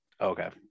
okay